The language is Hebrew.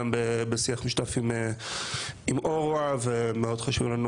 גם בשיח משותף עם עורווה ומאוד חשוב לנו